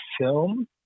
film